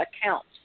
account